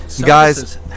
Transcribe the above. guys